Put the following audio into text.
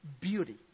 beauty